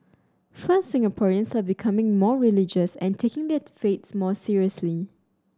first Singaporeans are becoming more religious and taking their faiths more seriously